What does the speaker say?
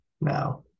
now